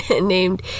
named